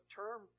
term